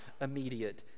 immediate